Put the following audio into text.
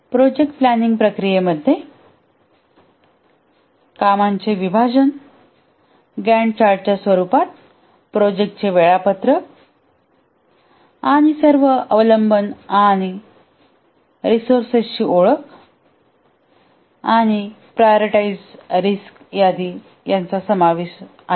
project planning प्रक्रिये मध्ये कामाचे विभाजन गॅन्ट चार्टच्यास्वरूपात प्रोजेक्टाचे वेळापत्रक आणि सर्व अवलंबन आणि रिसोर्सेसची ओळख आणि प्रायॉरिटीझेड रिस्क यादी समाविष्ट आहे